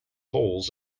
holes